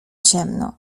ciemno